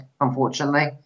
unfortunately